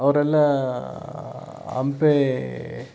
ಅವರೆಲ್ಲ ಹಂಪೆ